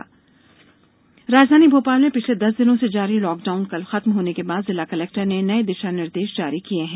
Bhopal guideline राजधानी भोपाल में पिछले दस दिनों से जारी लॉकाडाउन कल खत्म होने के बाद जिला कलेक्टर ने नए दिषा निर्देष जारी किए हैं